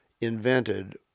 invented